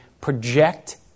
project